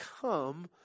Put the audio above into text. come